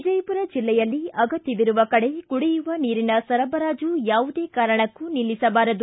ವಿಜಯಪುರ ಜಿಲ್ಲೆಯಲ್ಲಿ ಅಗತ್ಯವಿರುವ ಕಡೆ ಕುಡಿಯುವ ನೀರಿನ ಸರಬರಾಜು ಯಾವುದೇ ಕಾರಣಕ್ಕೂ ನಿಲ್ಲಿಸಬಾರದು